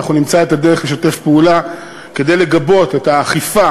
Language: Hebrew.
נמצא את הדרך לשתף פעולה כדי לגבות את האכיפה